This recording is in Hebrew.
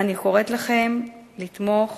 אני קוראת לכם לתמוך